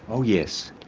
oh yes.